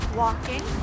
walking